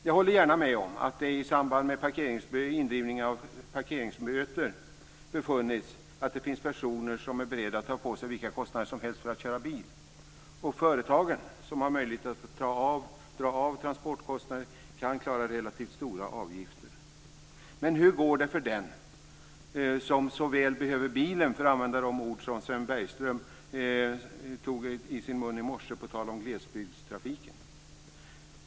Jag håller gärna med om att det i samband med indrivning av parkeringsböter befunnits att det finns personer som är beredda att ta på sig vilka kostnader som helst för att köra bil, och företagen som har möjlighet att dra av transportkostnader kan klara relativt stora avgifter. Men hur går det för den som "så väl behöver bilen", för att använda de ord som Sven Bergström tog i sin mun i morse på tal om glesbygdstrafiken?